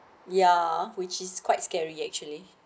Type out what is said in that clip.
ya which is quite scary actually